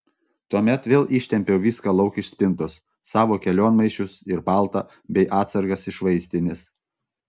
tuomet vėl ištempiau viską lauk iš spintos savo kelionmaišius ir paltą bei atsargas iš vaistinės